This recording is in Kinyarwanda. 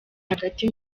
hagati